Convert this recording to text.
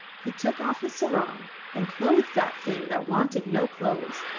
he took off his sarong and clothed that thing that wanted no clothes,